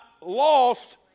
lost